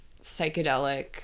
psychedelic